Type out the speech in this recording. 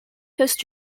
coast